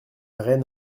reine